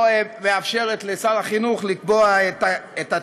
או מאפשרת לשר החינוך לקבוע את התנאים,